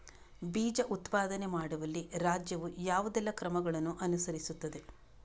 ಬೀಜ ಉತ್ಪಾದನೆ ಮಾಡುವಲ್ಲಿ ರಾಜ್ಯವು ಯಾವುದೆಲ್ಲ ಕ್ರಮಗಳನ್ನು ಅನುಕರಿಸುತ್ತದೆ?